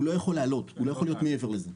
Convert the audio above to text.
הוא לא יכול לעלות, הוא לא יכול להיות מעבר לזה.